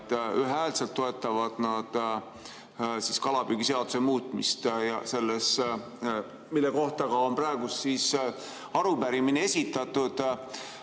ühehäälselt toetavad nad kalapüügiseaduse muutmist selles, mille kohta on praegu arupärimine esitatud.